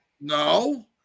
no